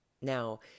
Now